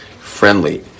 friendly